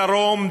בדרום,